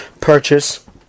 purchase